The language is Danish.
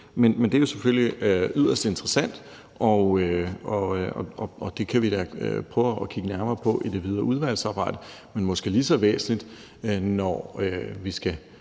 men det er jo selvfølgelig yderst interessant, og det kan vi da prøve at kigge nærmere på i det videre udvalgsarbejde. Men måske lige så væsentligt kan der, når vi skal